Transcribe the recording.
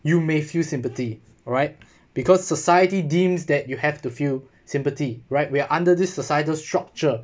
you may feel sympathy alright because society deems that you have to feel sympathy right we are under this societal structure